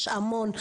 יש המון,